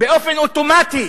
באופן אוטומטי